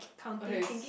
okay